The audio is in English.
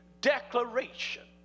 declaration